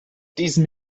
diesem